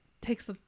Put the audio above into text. takes